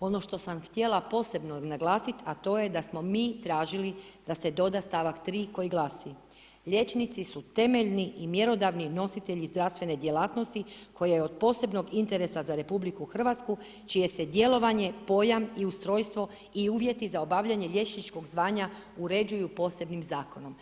Ono što sam htjela posebno naglasiti a to je da smo mi tražili da se doda stavak 3. koji glasi: liječnici su temeljni i mjerodavni nositelji zdravstvene djelatnosti koje je od posebnog interesa za RH čije se djelovanjem pojam i ustrojstvo i uvjeti za obavljanje liječničkog zvanja uređuju posebnim zakonom.